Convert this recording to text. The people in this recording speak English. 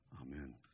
Amen